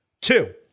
Two